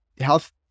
health